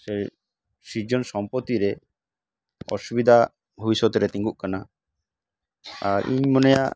ᱥᱮ ᱥᱤᱨᱡᱚᱱ ᱥᱚᱢᱯᱚᱛᱛᱤ ᱨᱮ ᱚᱥᱩᱵᱤᱫᱟ ᱵᱷᱚᱵᱤᱥᱥᱚᱛ ᱨᱮ ᱛᱤᱸᱜᱩᱜ ᱠᱟᱱᱟ ᱟᱨ ᱤᱧ ᱢᱚᱱᱮᱭᱟ